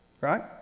right